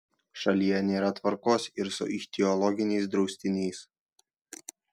šalyje nėra tvarkos ir su ichtiologiniais draustiniais